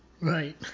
Right